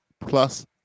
plus